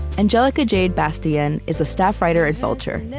angelica jade bastien is a staff writer at vulture.